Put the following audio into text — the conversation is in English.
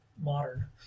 modern